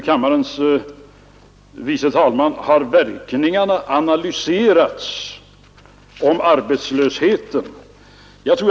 Kammarens andre vice talman frågade om verkningarna på arbetslösheten har analyserats.